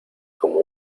como